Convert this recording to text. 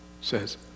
says